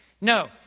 No